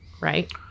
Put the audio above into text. right